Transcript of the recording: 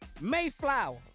Mayflower